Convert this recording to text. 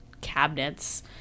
cabinets